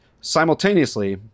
simultaneously